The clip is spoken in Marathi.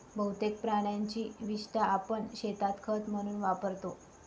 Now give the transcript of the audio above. बहुतेक प्राण्यांची विस्टा आपण शेतात खत म्हणून वापरतो